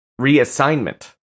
reassignment